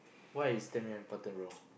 why is stamina important bro